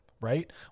right